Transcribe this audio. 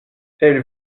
elles